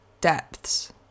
depths